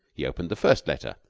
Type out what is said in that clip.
he opened the first letter.